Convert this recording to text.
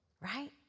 right